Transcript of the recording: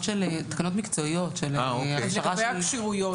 מקצועיות של הכשרה --- לגבי הכשירויות.